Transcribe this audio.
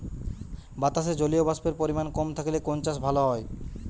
বাতাসে জলীয়বাষ্পের পরিমাণ কম থাকলে কোন চাষ ভালো হয়?